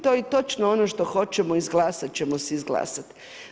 To je točno ono što hoćemo izglasati ćemo si izglasat.